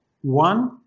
One